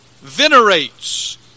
venerates